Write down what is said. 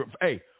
Hey